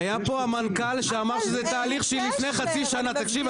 היה פה המנכ"ל שאמר שזה תהליך של לפני חצי שנה תקשיב,